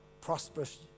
prosperous